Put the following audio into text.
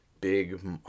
big